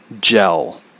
gel